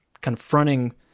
confronting